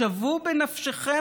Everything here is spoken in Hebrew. שוו בנפשכם,